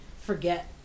forget